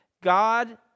God